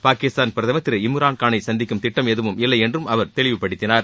பாகிஸ்தான் பிரதமர் திரு இம்ரான்கானை சந்திக்கும் திட்டம் எதுவும் இல்லை என்றும் அவர் தெளிவுப்படுத்தினார்